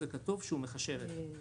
זה כתוב שהוא מחשב את זה.